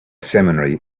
seminary